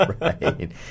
Right